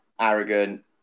arrogant